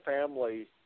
family